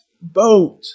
boat